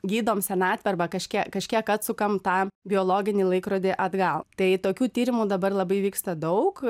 gydom senatvę arba kažkie kažkiek atsukam tą biologinį laikrodį atgal tai tokių tyrimų dabar labai vyksta daug